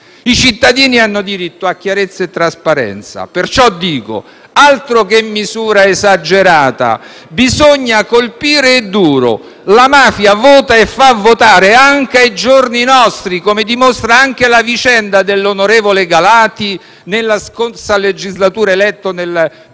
I cittadini hanno diritto a chiarezza e trasparenza. Perciò, dico: altro che misura esagerata; bisogna colpire duro. La mafia vota e fa votare anche ai giorni nostri, come dimostra la vicenda dell'onorevole Galati nella scorsa legislatura, eletto nel PDL e